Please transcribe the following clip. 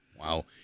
Wow